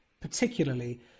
particularly